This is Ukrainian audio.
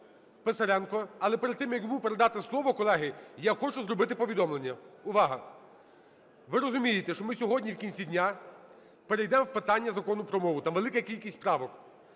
Писаренка, але перед тим, як йому передати слово, колеги, я хочу зробити повідомлення. Увага! Ви розумієте, що ми сьогодні в кінці дня перейдемо до питання Закону про мову, там велика кількість правок.